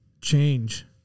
change